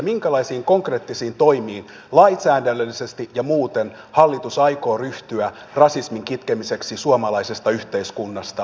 minkälaisiin konkreettisiin toimiin lainsäädännöllisesti ja muuten hallitus aikoo ryhtyä rasismin kitkemiseksi suomalaisesta yhteiskunnasta joka tasolla